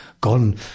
gone